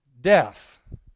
Death